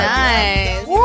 nice